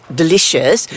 delicious